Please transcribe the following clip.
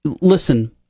Listen